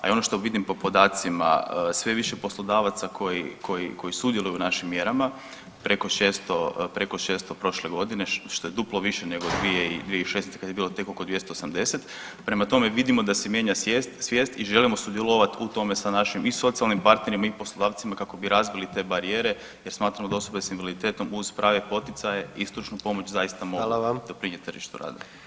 A i ono što vidim po podacima sve je više poslodavaca koji sudjeluju u našim mjerama preko 600 prošle godine što je duplo više nego 2016.kad je bilo tek oko 280, prema tome vidimo da se mijenja svijest i želimo sudjelovati u tome sa našim i socijalnim partnerima i poslodavcima kako bi razbili te barijere jer smatramo da osobe s invaliditetom uz prave poticaje i stručnu pomoć zaista mogu doprinijeti tržištu rada.